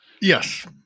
yes